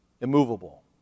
immovable